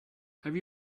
have